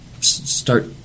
start